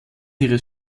ihres